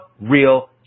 real